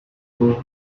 know